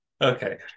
okay